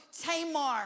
Tamar